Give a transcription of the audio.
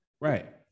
Right